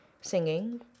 singing